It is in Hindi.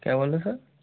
क्या बोल रहे हो सर